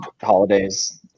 holidays